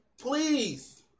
please